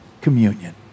Communion